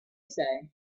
say